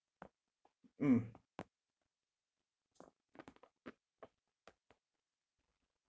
mm